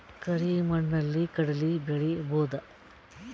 ಕರಿ ಮಣ್ಣಲಿ ಕಡಲಿ ಬೆಳಿ ಬೋದ?